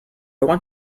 want